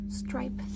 stripe